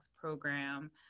program